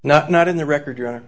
not not in the record you